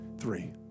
three